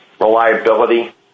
reliability